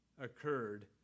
occurred